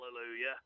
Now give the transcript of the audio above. hallelujah